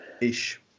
ish